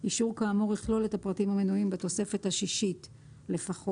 אישור כאמור יכלול את הפרטים המנויים בתוספת החמישית לפחות.